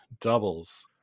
doubles